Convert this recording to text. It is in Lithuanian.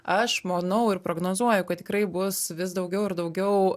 aš manau ir prognozuoju kad tikrai bus vis daugiau ir daugiau